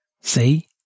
See